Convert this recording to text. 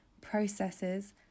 processes